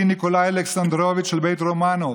ניקולאי אלכסנדרוביץ' לבית רומנוב,